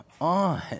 on